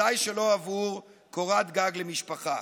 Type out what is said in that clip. וודאי שלא עבור קורת גג למשפחה.